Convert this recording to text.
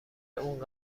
اون